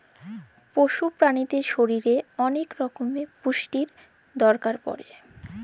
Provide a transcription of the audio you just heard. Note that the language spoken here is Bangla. পশু প্রালিদের শরীরের ওলেক রক্যমের পুষ্টির দরকার পড়ে